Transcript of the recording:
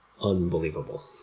unbelievable